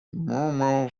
murmur